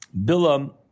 Bilam